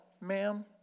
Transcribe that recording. ma'am